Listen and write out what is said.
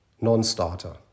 non-starter